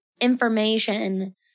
information